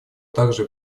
также